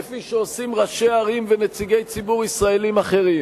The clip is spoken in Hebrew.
כפי שעושים ראשי ערים ונציגי ציבור ישראלים אחרים,